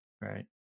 Right